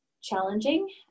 challenging